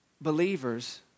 believers